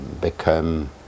become